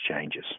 changes